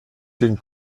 den